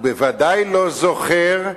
ובוודאי לא זוכר,